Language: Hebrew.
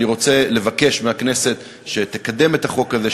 ואני רוצה לבקש מהכנסת שתקדם את החוק הזה,